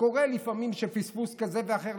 קורה לפעמים פספוס כזה ואחר.